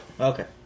Okay